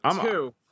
Two